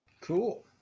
Cool